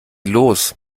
los